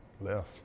left